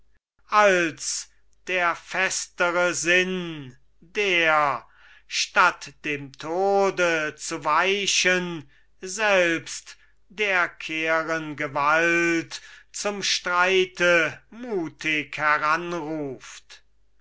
als der festere sinn der statt dem tode zu weichen selbst der keren gewalt zum streite mutig